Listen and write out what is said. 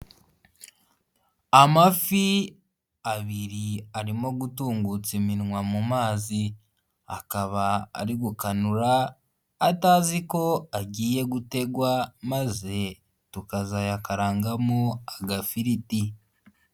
Amafi abiri arimo gutungutsa iminwa mu mazi, akaba ari gukanura atazi ko agiye gutegwa maze tukazayakarangamo agafiriti.